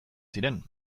ziren